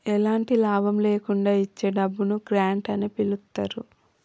ఎలాంటి లాభం లేకుండా ఇచ్చే డబ్బును గ్రాంట్ అని పిలుత్తారు